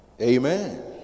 amen